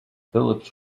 phillips